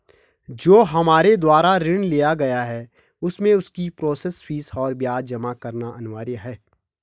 जो हमारे द्वारा ऋण लिया गया है उसमें उसकी प्रोसेस फीस और ब्याज जमा करना अनिवार्य है?